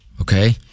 Okay